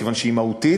כיוון שהיא מהותית,